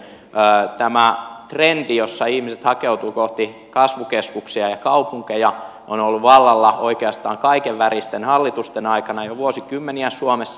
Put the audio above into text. tämä trendi jossa ihmiset hakeutuvat kohti kasvukeskuksia ja kaupunkeja on ollut vallalla oikeastaan kaiken väristen hallitusten aikana jo vuosikymmeniä suomessa